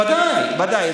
ודאי.